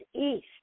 East